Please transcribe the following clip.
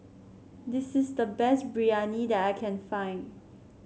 this is the best Biryani that I can find